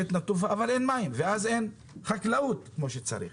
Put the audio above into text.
בגלל שאין מים אין חקלאות כמו שצריך.